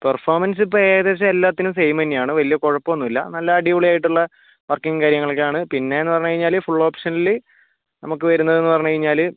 performance ഇപ്പോൾ എല്ലാത്തിനും same തന്നെയാണ് വലിയ കുഴപ്പമൊന്നുമില്ല നല്ല അടിപൊളിയായിട്ടുള്ള വർക്കിങ്ങും കാര്യങ്ങളൊക്കെയാണ് പിന്നെയെന്ന് പറഞ്ഞു കഴിഞ്ഞാൽ ഫുൾ ഓപ്ഷനിൽ നമുക്ക് വരുന്നത് എന്ന് പറഞ്ഞു കഴിഞ്ഞാൽ